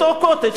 אותו "קוטג'",